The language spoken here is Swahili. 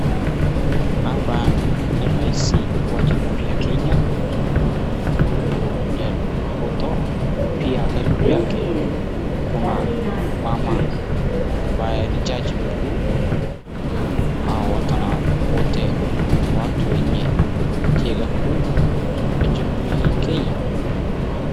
Hapa ni Rais wa jamhuri ya Kenya huu ni Ruto ,pia karibu yake kuna mama ambaye ni jaji mkuu. Hawa wote ni watu wenye cheo kuu kwa jamhuri ya Kenya.